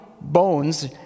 bones